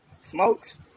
smokes